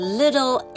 little